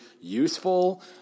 useful